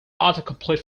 autocomplete